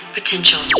potential